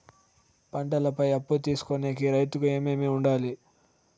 పంటల పై అప్పు తీసుకొనేకి రైతుకు ఏమేమి వుండాలి?